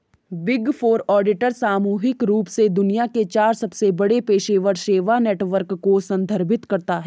big four auditor सामूहिक रूप से दुनिया के चार सबसे बड़े पेशेवर सेवा नेटवर्क को संदर्भित करता है